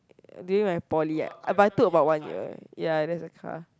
during my Poly like but I took about one year ya that's a car